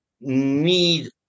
need